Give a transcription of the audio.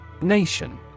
nation